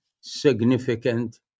significant